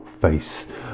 Face